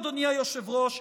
אדוני היושב-ראש,